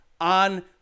on